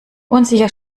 unsicher